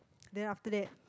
then after that